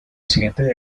siguiente